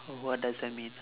what does that mean